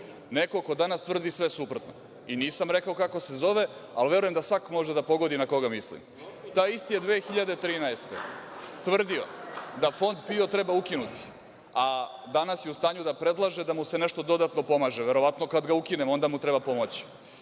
neko ko danas tvrdi sve suprotno, i nisam rekao kako se zove a verujem da svako može da pogodi na koga mislim, taj isti je 2013. godine tvrdio da Fond PIO treba ukinuti, a danas je u stanju da predlaže da mu se nešto dodatno pomaže, verovatno kad ga ukinemo, onda mu treba pomoći.